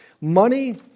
Money